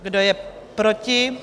Kdo je proti?